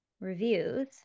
reviews